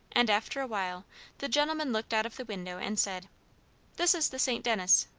and after a while the gentleman looked out of the window and said this is the st. denis.